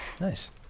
Nice